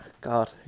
God